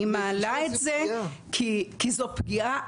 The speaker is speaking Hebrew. אני מעלה את זה כי זאת פגיעה.